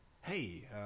hey